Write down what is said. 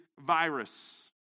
virus